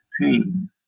pain